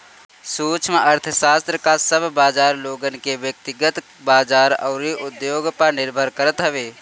सूक्ष्म अर्थशास्त्र कअ सब बाजार लोगन के व्यकतिगत बाजार अउरी उद्योग पअ निर्भर करत हवे